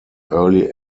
early